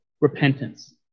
repentance